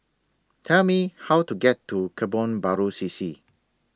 Tell Me How to get to Kebun Baru C C